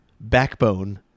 backbone